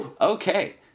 okay